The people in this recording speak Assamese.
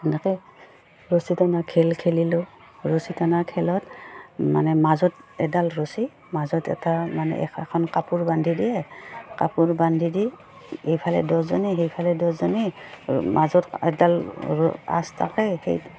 এনেকৈ ৰছী টানা খেল খেলিলোঁ ৰছী টানা খেলত মানে মাজত এডাল ৰছী মাজত এটা মানে এ এখন কাপোৰ বান্ধি দিয়ে কাপোৰ বান্ধি দি এইফালে দহজনী সেইফালে দহজনী মাজত এডাল আঁচ থাকে সেই